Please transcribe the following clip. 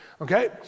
Okay